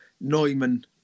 Neumann